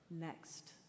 next